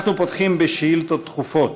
אנחנו פותחים בשאילתות דחופות.